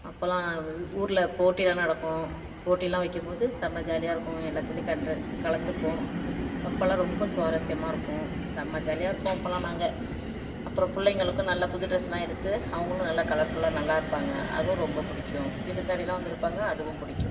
அப்போல்லாம் ஊரில் போட்டியெலாம் நடக்கும் போட்டியெலாம் வைக்கும் போது செம்ம ஜாலியாக இருக்கும் எல்லாத்துலேயும் கண் கலந்துப்போம் அப்போல்லாம் ரொம்ப சுவாரஸ்யமாக இருக்கும் செம்ம ஜாலியாக இருப்போம் அப்போல்லாம் நாங்கள் அப்புறம் பிள்ளைங்களுக்கும் நல்ல புது டிரெஸ்லாம் எடுத்து அவங்களும் நல்லா கலர்ஃபுல்லாக நல்லா இருப்பாங்க அதுவும் ரொம்ப பிடிக்கும் விருந்தாளிலாம் வந்துருப்பாங்க அதுவும் பிடிக்கும்